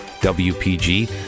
W-P-G